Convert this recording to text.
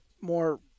more